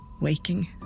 waking